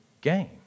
game